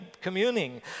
communing